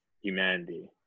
humanity